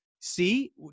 See